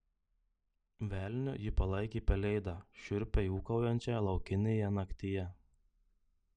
velniu ji palaikė pelėdą šiurpiai ūkaujančią laukinėje naktyje